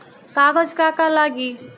कागज का का लागी?